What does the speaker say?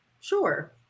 Sure